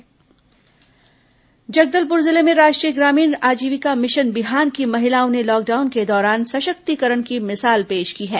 corona Bihan Jagdalpur जिले में राष्ट्रीय ग्रामीण आजीविका मिशन बिहान की महिलाओं ने लॉकडाउन के दौरान सशक्तिकरण की मिसाल पेश की है